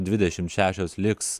dvidešimš šešios liks